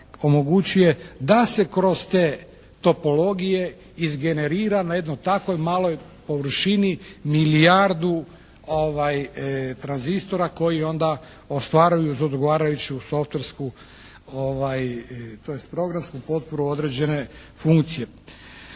da se kroz te topologije izgenerira na jednom takvoj maloj površini milijardu tranzistora koji onda ostvaraju uz odgovarajuću softwarersku, tj, programsku potporu određene funkcije.